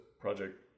Project